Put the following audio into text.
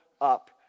up